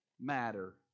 matter